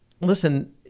listen